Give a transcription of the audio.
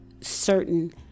certain